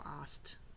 asked